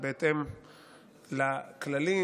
ובהתאם לכללים,